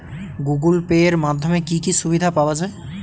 Google Pay এর মাধ্যমে কি কি সুবিধা পাওয়া যায়?